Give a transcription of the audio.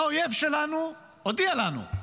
האויב שלנו הודיע לנו: